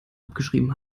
abgeschrieben